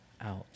out